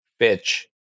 Bitch